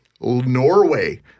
Norway